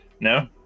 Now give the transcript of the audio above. no